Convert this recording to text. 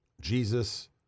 Jesus